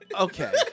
Okay